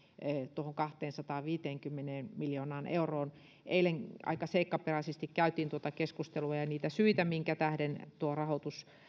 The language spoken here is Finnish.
tuohon kahteensataanviiteenkymmeneen miljoonaan euroon eilen aika seikkaperäisesti käytiin läpi tuota keskustelua ja ja niitä syitä minkä tähden tuo rahoitus